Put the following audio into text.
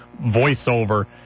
voiceover